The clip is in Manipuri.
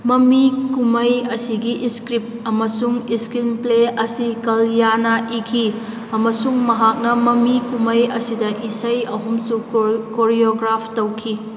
ꯃꯃꯤ ꯀꯨꯝꯍꯩ ꯑꯁꯤꯒꯤ ꯏꯁꯀ꯭ꯔꯤꯞ ꯑꯃꯁꯨꯡ ꯏꯁꯀ꯭ꯔꯤꯟꯄ꯭ꯂꯦ ꯑꯁꯤ ꯀꯜꯌꯥꯅ ꯏꯈꯤ ꯑꯃꯁꯨꯡ ꯃꯍꯥꯛꯅ ꯃꯃꯤ ꯀꯨꯝꯍꯩ ꯑꯁꯤꯗ ꯏꯁꯩ ꯑꯍꯨꯝꯁꯨ ꯀꯣꯔꯤꯌꯣꯒ꯭ꯔꯥꯞ ꯇꯧꯈꯤ